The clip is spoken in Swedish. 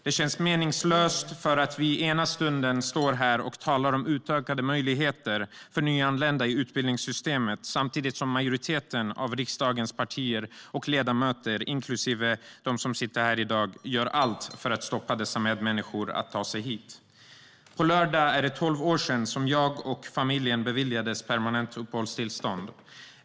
Det känns meningslöst för att vi står här och talar om utökade möjligheter för nyanlända i utbildningssystemet samtidigt som majoriteten av riksdagens partier och ledamöter, inklusive dem som sitter här nu, gör allt för att stoppa dessa medmänniskor från att ta sig hit. På lördag är det tolv år sedan jag och familjen beviljades permanent uppehållstillstånd.